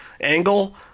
angle